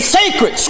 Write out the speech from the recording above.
sacred